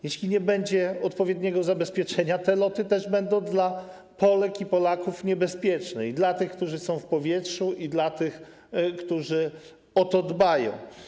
Jeśli nie będzie odpowiedniego zabezpieczenia, te loty też będą dla Polek i Polaków niebezpieczne - i dla tych, którzy są w powietrzu, i dla tych, którzy o to dbają.